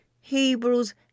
Hebrews